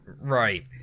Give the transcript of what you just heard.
Right